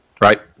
Right